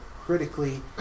critically